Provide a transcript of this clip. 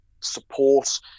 support